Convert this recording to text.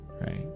right